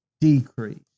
Decrease